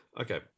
Okay